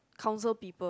counsel people